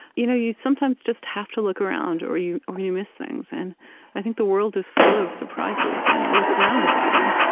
you know you sometimes just have to look around, or you um you miss things. and i think the world is full of surprises, and we're surrounded by them.